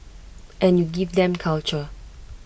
and you give them culture